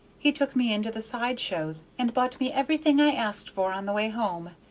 he took me into the side-shows and bought me everything i asked for, on the way home,